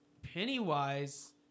Pennywise